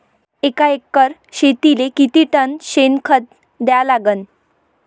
एका एकर शेतीले किती टन शेन खत द्या लागन?